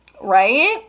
Right